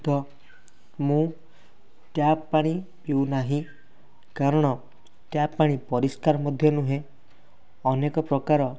ଏବଂ ମୁଁ ଟ୍ୟାପ୍ ପାଣି ପିଉ ନାହିଁ କାରଣ ଟ୍ୟାପ୍ ପାଣି ପରିଷ୍କାର ମଧ୍ୟ ନୁହେଁ ଅନେକ ପ୍ରକାର